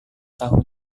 tahu